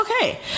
okay